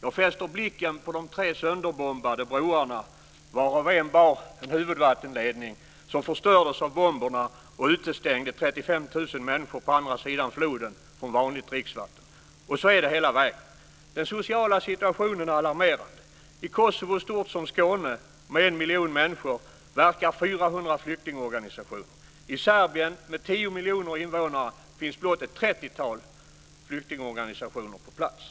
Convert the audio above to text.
Jag fäster blicken på de tre sönderbombade broarna, varav en bar en huvudvattenledning som förstördes av bomberna och utestängde 35 000 människor på andra sidan floden från vanligt dricksvatten. Och så är det hela vägen. Den sociala situationen är alarmerande. I Kosovo, stort som Skåne och med en miljon människor, verkar 400 flyktingorganisationer. I Serbien med 10 miljoner invånare finns blott ett trettiotal flyktingorganisationer på plats.